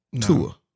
Tua